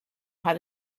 how